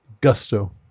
gusto